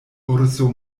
urso